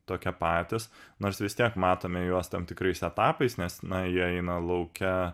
tokie patys nors vis tiek matome juos tam tikrais etapais nes na jie eina lauke